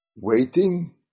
waiting